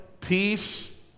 peace